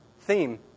theme